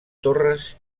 torres